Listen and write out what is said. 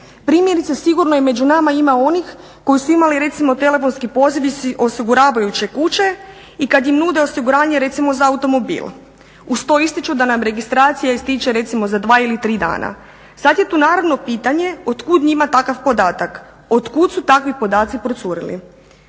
Primjerice, sigurno i među nama ima onih koji su imali recimo telefonski poziv iz osiguravajuće kuće i kad im nude osiguranje recimo za automobil uz to ističu da nam registracija istječe recimo za dva ili tri dana. Sad je tu naravno pitanje otkud njima takav podatak, otkud su takvi podaci procurili.